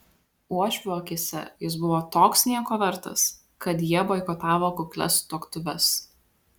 uošvių akyse jis buvo toks nieko vertas kad jie boikotavo kuklias tuoktuves